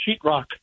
sheetrock